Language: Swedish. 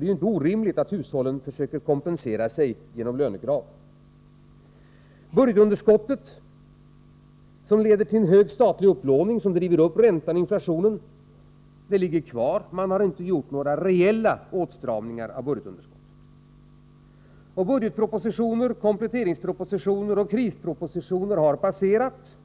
Det är inte orimligt att hushållen försöker kompensera sig genom lönekrav. Budgetunderskottet, som leder till en hög statlig upplåning och driver upp ränta och inflation, ligger kvar. Man har inte gjort några reella åtstramningar av budgetunderskottet. Budgetpropositioner, kompletteringspropositioner och krispropositioner har passerat,